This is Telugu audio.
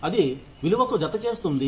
అది విలువకు జతచేస్తుంది